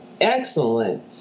excellent